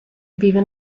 vive